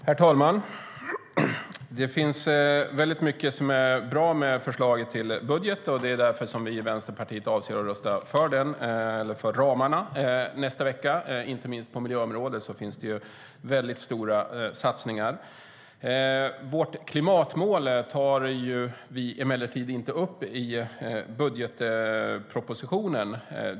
Herr talman! Det finns mycket som är bra med förslaget till budget, och det är därför som vi i Vänsterpartiet avser att rösta för den - eller för ramarna - nästa vecka. Inte minst på miljöområdet finns det stora satsningar. Vårt klimatmål tar vi inte emellertid inte upp i budgetpropositionen.